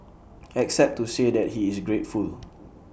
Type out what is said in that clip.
except to say that he is grateful